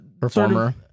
performer